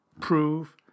prove